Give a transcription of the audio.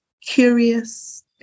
curious